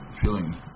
feeling